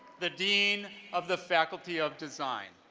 the dean of the faculty of design.